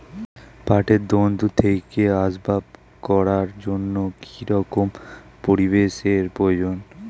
পাটের দণ্ড থেকে আসবাব করার জন্য কি রকম পরিবেশ এর প্রয়োজন?